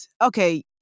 okay